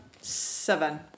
seven